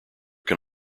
can